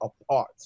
apart